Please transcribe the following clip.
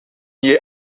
jij